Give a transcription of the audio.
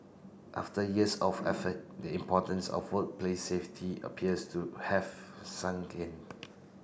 after years of effort the importance of workplace safety appears to have sunk in